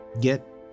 get